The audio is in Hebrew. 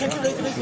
מי נגד?